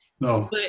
No